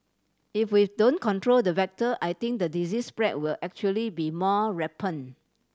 if we don't control the vector I think the disease spread will actually be more rampant